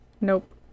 Nope